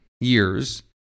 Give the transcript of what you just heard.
years